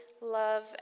love